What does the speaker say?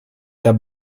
der